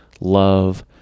love